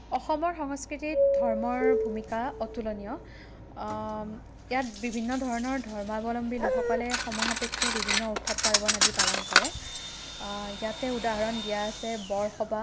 অসমৰ সংস্কৃতিত ধৰ্মৰ ভূমিকা অতুলনীয় ইয়াত বিভিন্ন ধৰণৰ ধৰ্মাৱলম্বী লোকসকলে সময় সাপেক্ষে বিভিন্ন উৎসৱ পাৰ্বণ আদি পালন কৰে ইয়াতে উদাহৰণ দিয়া আছে বৰসবাহ